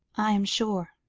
i am sure,